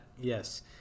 yes